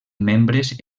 membres